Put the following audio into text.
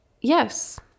Yes